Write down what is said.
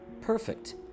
Perfect